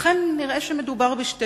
פיטורם שיהפכו אותו למובטל שלא יוכל לתת טיפול